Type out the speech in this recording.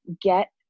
get